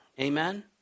Amen